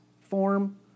form